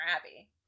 Abbey